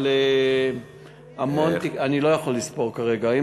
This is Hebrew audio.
אבל אני לא יכול לספור כרגע,